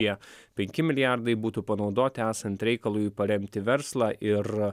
tie penki milijardai būtų panaudoti esant reikalui paremti verslą ir